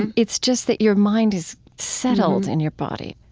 and it's just that your mind is settled in your body